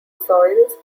soils